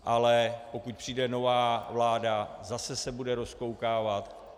Ale pokud přijde nová vláda, zase se bude rozkoukávat.